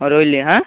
ହଉ ରହିଲି ହାଁ